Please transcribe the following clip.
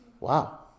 Wow